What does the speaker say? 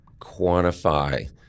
quantify